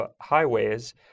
highways